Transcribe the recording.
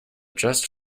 just